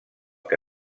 que